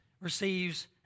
receives